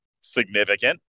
significant